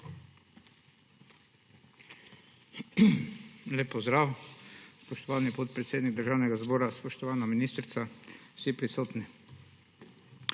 Lep pozdrav. Spoštovani podpredsednik Državnega zbora, spoštovana ministrica, vsi prisotni!